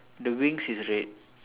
the wings is red